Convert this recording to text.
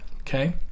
okay